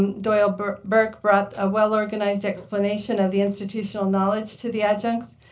doyle burke burke bought a well-organized explanation of the institutional knowledge to the adjuncts.